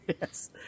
Yes